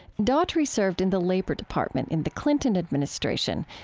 daughtry served in the labor department in the clinton administration.